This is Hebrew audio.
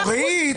אורית.